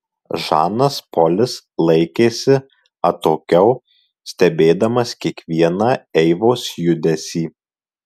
žanas polis laikėsi atokiau stebėdamas kiekvieną eivos judesį